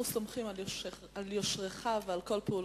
אנחנו סומכים על יושרך ועל כל פעולותיך.